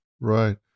Right